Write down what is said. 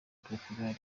portugal